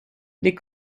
les